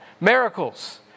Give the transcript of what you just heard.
miracles